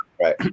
Right